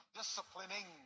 disciplining